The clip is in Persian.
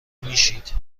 میشید